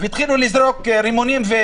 התחילו לירות ולזרוק רימונים.